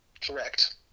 Correct